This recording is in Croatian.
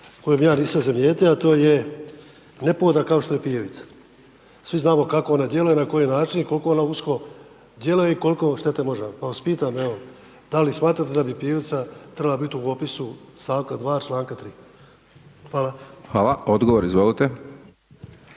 koju ja nisam zamijetio, a to je nepogoda kao što je pijavica. Svi znamo kako ona djeluje, na koji način i koliko ona usko djeluje i koliko štete može napraviti, pa vas pitam evo, da li smatrate da bi pijavica trebala biti u opisu st. 2. čl. 3.? Hvala. **Hajdaš Dončić,